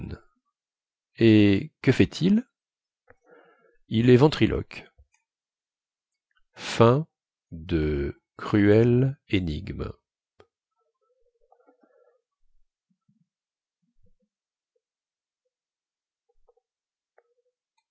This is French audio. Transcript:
et que fait-il il est ventriloque le